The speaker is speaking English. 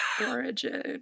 origin